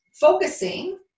focusing